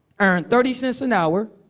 earn thirty cents an hour,